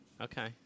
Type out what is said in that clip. Okay